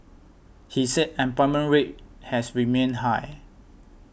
he said employment rate has remained high